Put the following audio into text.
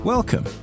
Welcome